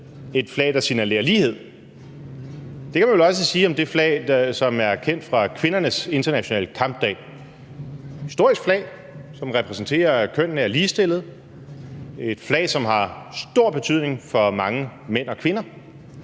et flag, der signalerer lighed. Det kan man vel også sige om det flag, som er kendt fra kvindernes internationale kampdag. Det er et historisk flag, som repræsenterer, at kønnene er ligestillet, et flag, som har stor betydning for mange mænd og kvinder.